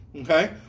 Okay